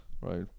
Right